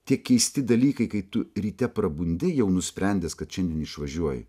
tie keisti dalykai kai tu ryte prabundi jau nusprendęs kad šiandien išvažiuoji